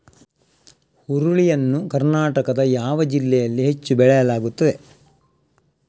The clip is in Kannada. ಹುರುಳಿ ಯನ್ನು ಕರ್ನಾಟಕದ ಯಾವ ಜಿಲ್ಲೆಯಲ್ಲಿ ಹೆಚ್ಚು ಬೆಳೆಯಲಾಗುತ್ತದೆ?